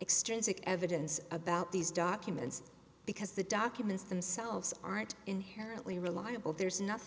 extrinsic evidence about these documents because the documents themselves aren't inherently reliable there's nothing